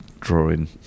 drawing